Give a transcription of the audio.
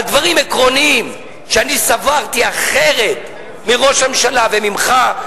על דברים עקרוניים שסברתי אחרת מראש הממשלה וממך,